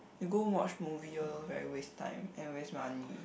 you go watch movie all those very waste time and waste money